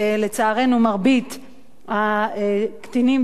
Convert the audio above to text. לשכור דירה, לצורך העניין,